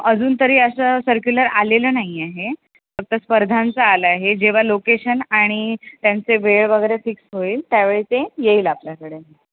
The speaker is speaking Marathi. अजून तरी असं सर्क्युलर आलेलं नाही आहे फक्त स्पर्धांचं आलं आहे जेव्हा लोकेशन आणि त्यांचे वेळ वगैरे फिक्स होईल त्यावेळी ते येईल आपल्याकडे